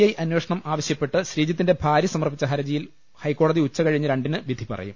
I അന്വേഷണം ആവശ്യപ്പെട്ട് ശ്രീജിത്തിന്റെ ഭാര്യ സമർപ്പിച്ച ഹർജിയിൽ ഹൈക്കോടതി ഉച്ചകഴിഞ്ഞ് രണ്ടിന് വിധി പറയും